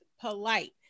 polite